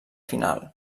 final